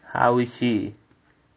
how is she